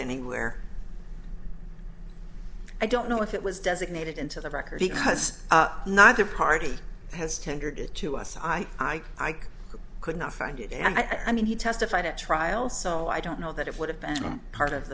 anywhere i don't know if it was designated into the record because neither party has tendered it to us i ike ike could not find it and i mean he testified at trial so i don't know that it would have been part of